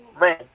Man